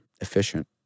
efficient